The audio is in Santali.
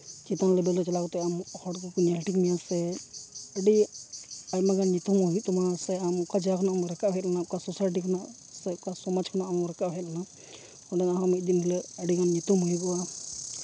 ᱪᱮᱛᱟᱱ ᱞᱮᱵᱮᱞ ᱨᱮ ᱪᱟᱞᱟᱣ ᱠᱟᱛᱮ ᱟᱢ ᱦᱚᱲ ᱠᱚᱠᱚ ᱧᱮᱞ ᱴᱷᱤᱠ ᱢᱮᱭᱟ ᱥᱮ ᱟᱹᱰᱤ ᱟᱭᱢᱟᱜᱟᱱ ᱧᱩᱛᱩᱢ ᱦᱚᱸ ᱦᱩᱭᱩᱜ ᱛᱟᱢᱟ ᱥᱮ ᱟᱢ ᱚᱠᱟ ᱡᱟᱭᱜᱟ ᱠᱷᱚᱱᱟᱜ ᱮᱢ ᱨᱟᱠᱟᱵ ᱦᱮᱡ ᱠᱟᱱᱟ ᱚᱠᱟ ᱥᱳᱥᱟᱭᱴᱤ ᱥᱮ ᱚᱠᱟ ᱥᱚᱢᱟᱡᱽ ᱠᱷᱚᱱᱟᱜ ᱮᱢ ᱨᱟᱠᱟᱵ ᱦᱮᱡ ᱞᱮᱱᱟ ᱚᱱᱟᱦᱚᱸ ᱢᱤᱫ ᱫᱤᱱ ᱦᱤᱞᱳᱜ ᱟᱹᱰᱤᱜᱟᱱ ᱧᱩᱛᱩᱢ ᱦᱩᱭᱩᱜᱚᱜᱼᱟ